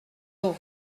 aux